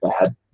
bad